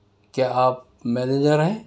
کیا آپ مینیجر ہیں